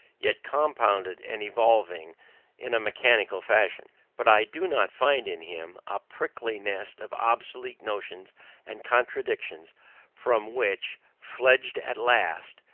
yet compounded and evolving in a mechanical fashion. but i do not find in him a prickly nest of obsolete notions and contradictions from which, fledged at last,